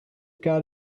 got